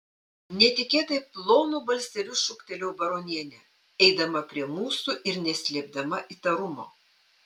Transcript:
netikėtai plonu balseliu šūktelėjo baronienė eidama prie mūsų ir neslėpdama įtarumo